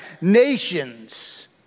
nations